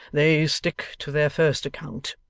they stick to their first account,